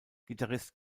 gitarrist